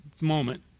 moment